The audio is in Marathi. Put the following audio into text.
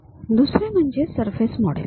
दुसरे म्हणजे सरफेस मॉडेल